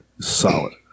Solid